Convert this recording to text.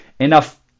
enough